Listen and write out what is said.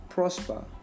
prosper